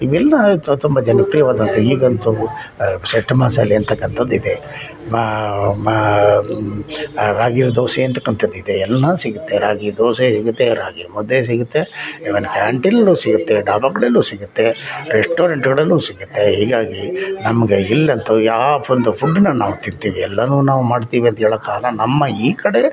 ಇವೆಲ್ಲ ತೊಂಬತ್ತು ಜನಕ್ಕೆ ಈಗಂತೂ ಸೆಟ್ ಮಸಾಲೆ ಅನ್ನತಕ್ಕಂಥದ್ದು ಇದೆ ರಾಗಿದೋಸೆ ಅನ್ನತಕ್ಕಂಥದ್ದು ಇದೆ ಎಲ್ಲ ಸಿಗುತ್ತೆ ರಾಗಿ ದೋಸೆ ಸಿಗುತ್ತೆ ರಾಗಿ ಮುದ್ದೆ ಸಿಗುತ್ತೆ ಈವನ್ ಕ್ಯಾಂಟೀನಲ್ಲೂ ಸಿಗುತ್ತೆ ಡಾಬಾಗಳಲ್ಲೂ ಸಿಗುತ್ತೆ ರೆಸ್ಟೋರೆಂಟ್ಗಳಲ್ಲೂ ಸಿಗುತ್ತೆ ಹೀಗಾಗಿ ನಮಗೆ ಇಲ್ಲಿ ಅಂಥವು ಯಾವ ಅಂತ ಫುಡ್ನೂ ನಾವು ತಿಂತೀವಿ ಎಲ್ಲವೂ ನಾವು ಮಾಡ್ತೀವಿ ಅಂತ ಹೇಳೋಕ್ಕಾಗೋಲ್ಲ ನಮ್ಮ ಈ ಕಡೆ